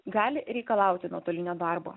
gali reikalauti nuotolinio darbo